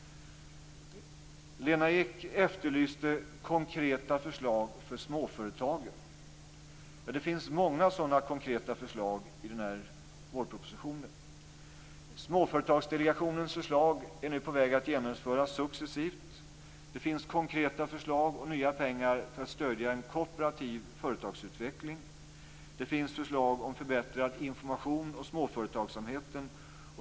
Lena Ek efterlyste konkreta förslag för småföretagen. Det finns många sådana konkreta förslag i vårpropositionen. Småföretagsdelegationens förslag är på väg att genomföras successivt. Det finns konkreta förslag om nya pengar för att stödja en kooperativ företagsutveckling. Det finns förslag om förbättrad information om småföretagsamheten.